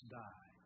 die